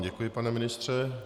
Děkuji, pane ministře.